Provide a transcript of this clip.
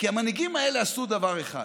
כי המנהיגים האלה עשו דבר אחד,